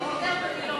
במי ויתר ומי לא